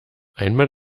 einmal